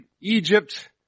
Egypt